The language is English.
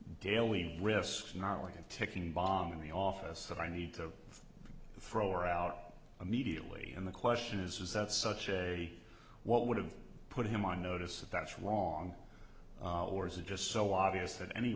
daily risk not like a ticking bomb in the office that i need to throw out immediately and the question is is that such a what would have put him on notice that that's wrong or is it just so obvious that any